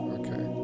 okay